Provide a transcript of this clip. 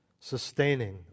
sustaining